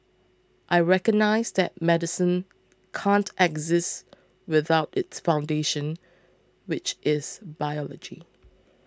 I recognise that medicine can't exist without its foundations which is biology